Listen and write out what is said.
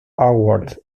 awards